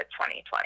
2020